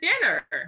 dinner